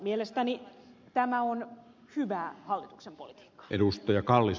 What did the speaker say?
mielestäni tämä on hyvää hallituksen politiikkaa